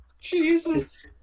Jesus